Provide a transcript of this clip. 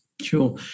sure